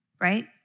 right